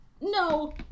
no